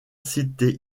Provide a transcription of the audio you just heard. cités